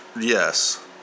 yes